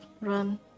run